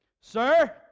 Sir